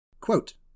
Quote